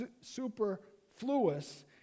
superfluous